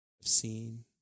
seen